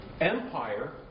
empire